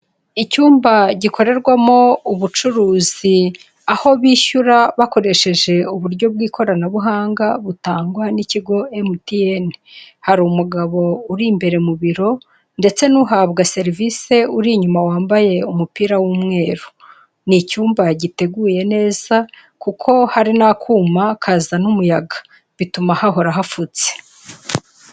Icyumba gikorerwamo ubucuruzi aho bishyura bakoresheje uburyo bw'ikoranabuhanga butangwa n'ikigo emutiyeni. Hari umugabo uri imbere mu biro ndetse n'uhabwa serivisi uri inyuma wambaye umupira w'umweru. Ni icyumba yagiteguye neza kuko hari n'akuma kazana umuyaga bituma hahora hafutse.